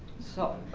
so